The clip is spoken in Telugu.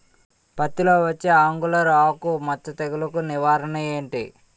పత్తి లో వచ్చే ఆంగులర్ ఆకు మచ్చ తెగులు కు నివారణ ఎంటి?